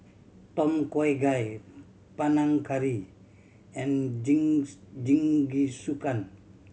Tom Kha Gai Panang Curry and Jean's Jingisukan